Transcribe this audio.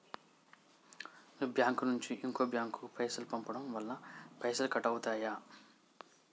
మీ bank నుంచి ఇంకో bank కు పైసలు పంపడం వల్ల పైసలు కట్ అవుతయా?